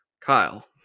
Kyle